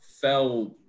fell